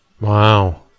Wow